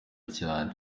cyane